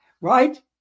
Right